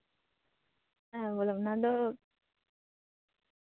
ᱦᱮᱸ ᱵᱚᱞᱮ ᱚᱱᱟᱫᱚ